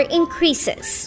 increases